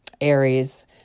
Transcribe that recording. Aries